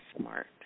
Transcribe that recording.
smart